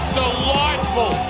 delightful